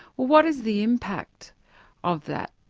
what is the impact of that?